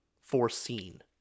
foreseen